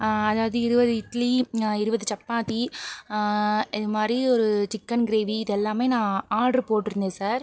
அதாவது இருபது இட்லி இருபது சப்பாத்தி இதுமாதிரி ஒரு சிக்கன் கிரேவி இதெல்லாமே நான் ஆர்டரு போட்டுருந்தேன் சார்